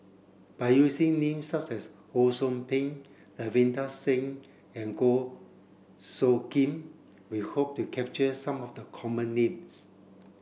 by using names such as Ho Sou Ping Ravinder Singh and Goh Soo Khim we hope to capture some of the common names